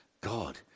God